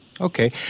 Okay